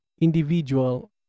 individual